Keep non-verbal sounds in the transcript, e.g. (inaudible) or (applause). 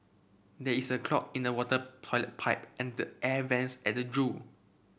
there is a clog in the water pilot pipe and the air vents at the (unintelligible)